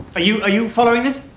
but you you following this?